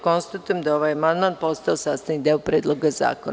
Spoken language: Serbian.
Konstatujem da je ovaj amandman postao sastavni deo Predloga zakona.